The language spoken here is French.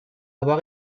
avoir